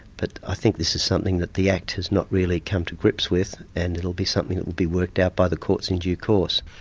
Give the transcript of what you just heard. but i think this is something that the act has not really come to grips with, and it'll be something that will be worked out by the courts in due course.